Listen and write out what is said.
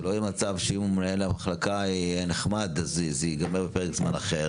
שלא יהיה מצב שאם מנהל המחלקה נחמד זה ייגמר בזמן אחר,